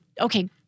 Okay